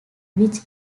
which